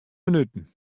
minuten